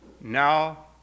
now